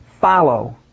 follow